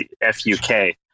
F-U-K